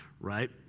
right